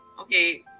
okay